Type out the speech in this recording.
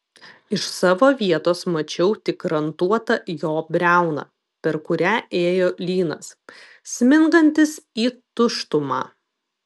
iš savo vietos mačiau tik rantuotą jo briauną per kurią ėjo lynas smingantis į tuštumą